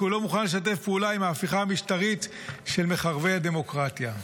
כי הוא לא מוכן לשתף פעולה עם ההפיכה המשטרית של מחרבי הדמוקרטיה.